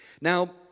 Now